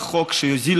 של חבר הכנסת יואל